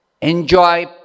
enjoy